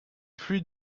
pluie